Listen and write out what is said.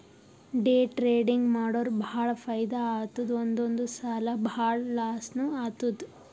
day trading ಮಾಡುರ್ ಭಾಳ ಫೈದಾ ಆತ್ತುದ್ ಒಂದೊಂದ್ ಸಲಾ ಭಾಳ ಲಾಸ್ನೂ ಆತ್ತುದ್